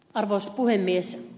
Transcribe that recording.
arvoisa puhemies